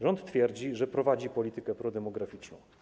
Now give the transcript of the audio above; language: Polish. Rząd twierdzi, że prowadzi politykę prodemograficzną.